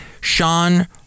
Sean